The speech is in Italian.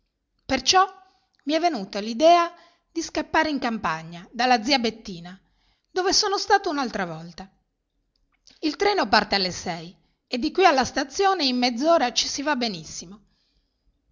perciò mi è venuto l'idea di scappare in campagna dalla zia bettina dove sono stato un'altra volta il treno parte alle sei e di qui alla stazione in mezz'ora ci si va benissimo